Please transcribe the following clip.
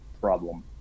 problem